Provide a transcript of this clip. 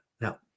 Now